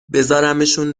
بزارمشون